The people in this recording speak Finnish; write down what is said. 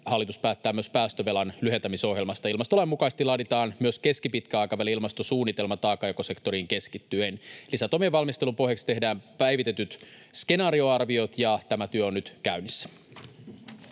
hallitus päättää myös päästövelan lyhentämisohjelmasta. Ilmastolain mukaisesti laaditaan myös keskipitkän aikavälin ilmastosuunnitelma taakanjakosektoriin keskittyen. Lisätoimien valmistelun pohjaksi tehdään päivitetyt skenaarioarviot, ja tämä työ on nyt käynnissä.